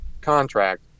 contract